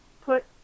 put